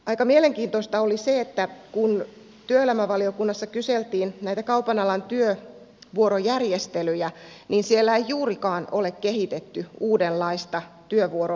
aika mielenkiintoista oli se että kun työelämävaliokunnassa kyseltiin näitä kaupan alan työvuorojärjestelyjä niin siellä ei juurikaan ole kehitetty uudenlaista työvuorojärjestelmää